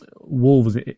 Wolves